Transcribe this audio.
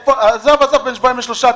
עזוב בין שבועיים לשלושה.